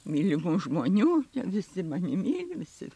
mylimų žmonių visi mane myli visi